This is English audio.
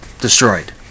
destroyed